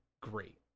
great